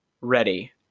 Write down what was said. ready